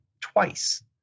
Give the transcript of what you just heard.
twice